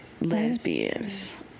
lesbians